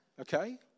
Okay